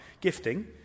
gifting